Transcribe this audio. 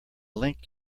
link